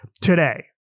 today